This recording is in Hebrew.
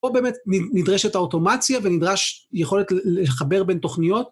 פה באמת נדרשת האוטומציה ונדרש יכולת לחבר בין תוכניות.